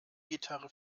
gitarre